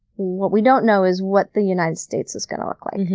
what we don't know is what the united states is going to look like.